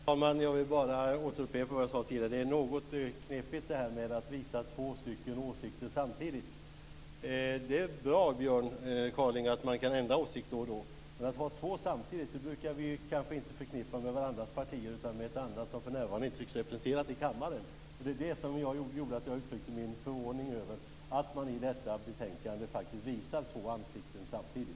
Herr talman! Jag vill bara återupprepa vad jag sade tidigare. Det är något knepigt att visa två åsikter samtidigt. Det är bra, Björn Kaaling, att man kan ändra åsikt då och då, men att ha två samtidigt brukar vi kanske inte förknippa med varandras partier, utan med ett annat som för närvarande inte finns representerat i kammaren. Det är det som gjorde att jag uttryckte min förvåning över att man i det här betänkandet faktiskt visar två ansikten samtidigt.